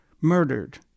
murdered